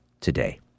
today